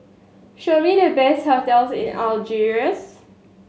show me the best hotels in Algiers